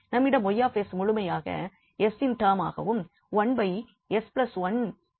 நம்மிடம் 𝑌𝑠 முழுமையாக 𝑠 இன் டேர்ம் ஆகவும் 1s121 ஆகவும் உள்ளது